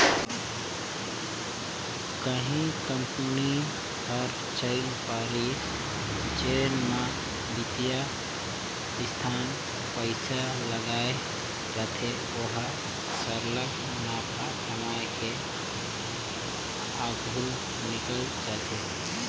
कहीं कंपनी हर चइल परिस जेन म बित्तीय संस्था पइसा लगाए रहथे ओहर सरलग मुनाफा कमाए के आघु निकेल जाथे